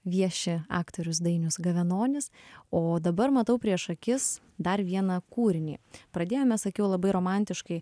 vieši aktorius dainius gavenonis o dabar matau prieš akis dar vieną kūrinį pradėjome sakiau labai romantiškai